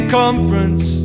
conference